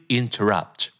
interrupt